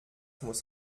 muss